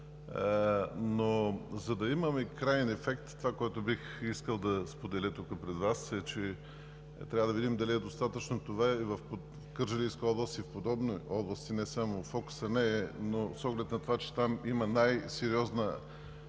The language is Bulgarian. Но за да имаме краен ефект – това, което бих искал да споделя тук пред Вас, е, че трябва да видим дали е достатъчно това. В Кърджалийска и в подобни области не само фокусът не е, но с оглед на това, че там има най-сериозна